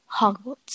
Hogwarts